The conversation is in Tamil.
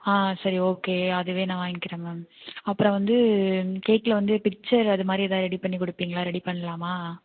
ஆ சரி ஓகே அதுவே நான் வாங்கிக்கிறேன் மேம் அப்புறம் வந்து கேட்ல வந்து பிக்ச்சர் அதமாதிரி எதா ரெடி பண்ணி கொடுப்பீங்களா ரெடி பண்ணலாமா